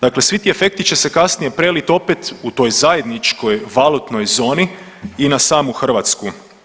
Dakle, svi ti efekti će se kasnije prelit opet u toj zajedničkoj valutnoj zoni i na samu Hrvatsku.